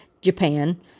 Japan